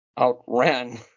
outran